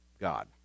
God